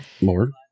More